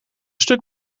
stuk